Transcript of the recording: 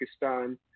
Pakistan